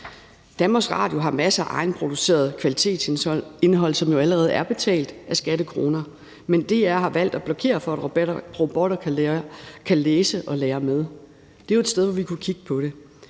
Danmarks Radio har masser af egenproduceret kvalitetsindhold, som jo allerede er betalt af skattekroner, men DR har valgt at blokere for, at robotter kan læse og lære med. Det er jo et sted, hvor vi kunne kigge på det.